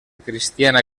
cristiana